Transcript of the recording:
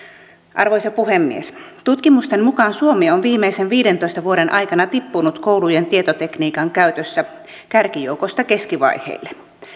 arvoisa puhemies tutkimusten mukaan suomi on viimeisten viidentoista vuoden aikana tippunut koulujen tietotekniikan käytössä kärkijoukosta keskivaiheille